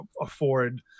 afford